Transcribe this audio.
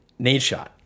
Nadeshot